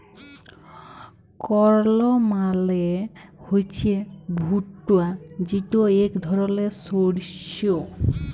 কর্ল মালে হছে ভুট্টা যেট ইক ধরলের শস্য